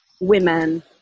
women